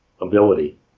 ability